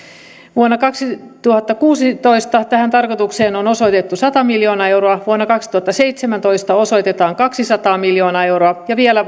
vuonna kaksituhattakuusitoista tähän tarkoitukseen on osoitettu sata miljoonaa euroa vuonna kaksituhattaseitsemäntoista osoitetaan kaksisataa miljoonaa euroa ja vielä